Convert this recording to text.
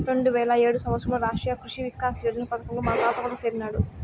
రెండువేల ఏడు సంవత్సరంలో రాష్ట్రీయ కృషి వికాస్ యోజన పథకంలో మా తాత కూడా సేరినాడు